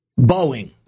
Boeing